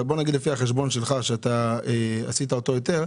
אבל בוא נגיד לפי החשבון שלך שאתה עשית אותו יותר,